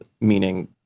meaning